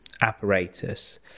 apparatus